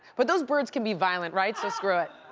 but those birds can be violent, right? so screw it.